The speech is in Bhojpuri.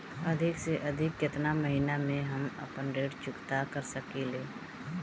अधिक से अधिक केतना महीना में हम आपन ऋण चुकता कर सकी ले?